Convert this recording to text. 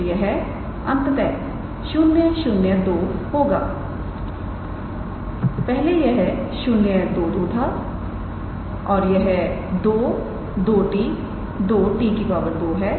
तो यह अंततः 002 होगा पहले यह 022 था और यह 22𝑡 2𝑡 2 है